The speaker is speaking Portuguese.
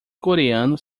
coreano